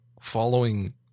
following